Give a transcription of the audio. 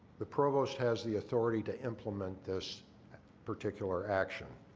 the provost has the authority to implement this particular action.